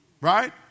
right